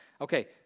Okay